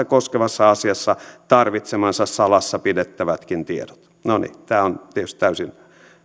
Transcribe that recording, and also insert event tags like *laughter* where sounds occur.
*unintelligible* koskevassa asiassa tarvitsemansa salassa pidettävätkin tiedot no niin tämä on tietysti täysin